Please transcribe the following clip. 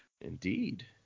Indeed